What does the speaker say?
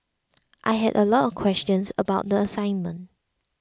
I had a lot of questions about the assignment